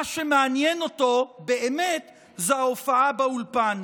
מה שמעניין אותו באמת הוא ההופעה באולפן.